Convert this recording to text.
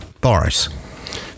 Boris